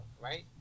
right